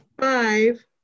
five